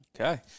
Okay